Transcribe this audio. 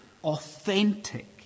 authentic